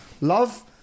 love